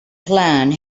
plan